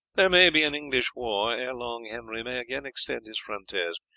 there may be an english war ere long henry may again extend his frontiers,